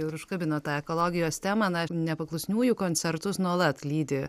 ir užkabinot tą ekologijos temą na nepaklusniųjų koncertus nuolat lydi